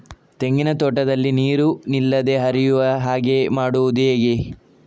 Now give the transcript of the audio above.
ತೆಂಗಿನ ತೋಟದಲ್ಲಿ ನೀರು ನಿಲ್ಲದೆ ಹರಿಯುವ ಹಾಗೆ ಮಾಡುವುದು ಹೇಗೆ?